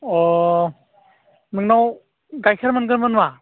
अ नोंनाव गाइखेर मोनगौमोन नामा